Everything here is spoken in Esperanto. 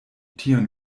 tion